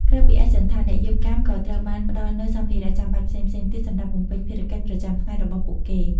ក្រៅពីឯកសណ្ឋាន អ្នកយាមកាមក៏ត្រូវបានផ្តល់នូវ សម្ភារៈចាំបាច់ផ្សេងៗទៀត សម្រាប់បំពេញភារកិច្ចប្រចាំថ្ងៃរបស់ពួកគេ។